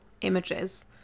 images